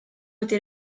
wedi